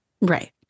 Right